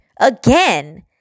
again